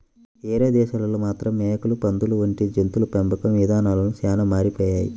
వేరే దేశాల్లో మాత్రం మేకలు, పందులు వంటి జంతువుల పెంపకం ఇదానాలు చానా మారిపోయాయి